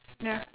ya